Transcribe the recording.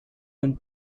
been